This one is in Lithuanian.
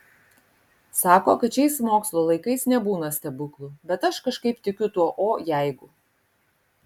sako kad šiais mokslo laikais nebūna stebuklų bet aš kažkaip tikiu tuo o jeigu